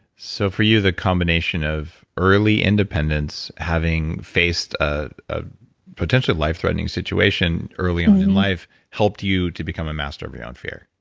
so, for you, the combination of early independence, having faced ah a potentially life threatening situation early on in life, helped you to become a master of your own fear.